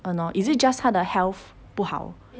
!hannor! is it just 她的 health 不好